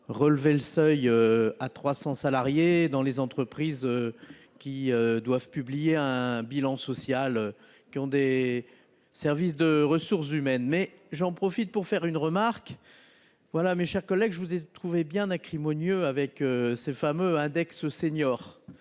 relever le seuil à 300 salariés dans les entreprises. Qui doivent publier un bilan social qui ont des services de ressources humaines mais j'en profite pour faire une remarque. Voilà, mes chers collègues, je vous ai trouvé bien acrimonieux avec ces fameux index senior.